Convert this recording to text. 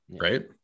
right